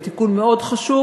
זה תיקון מאוד חשוב,